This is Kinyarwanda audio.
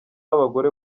abagore